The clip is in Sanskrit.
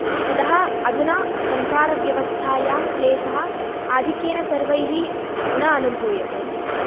अतः अधुना सञ्चारव्यवस्थायां क्लेशः आधिक्येन सर्वैः न अनुभूयते